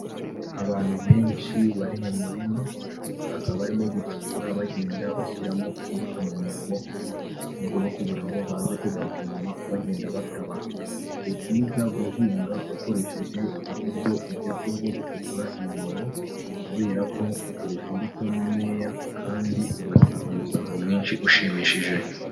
Abantu benshi bari mu murima, bakaba barimo gucukura bagenda bashyiramo imbuto mu myobo mu rwego rwo kugira ngo baze kugaruka inyuma bagenda bataba. Ni byiza guhinga ukoresheje uburyo bugezweho bwo gucukura imyobo kubera ko ukoresha imbuto nkeya kandi ugasarura umusaruro mwinshi ushimishije.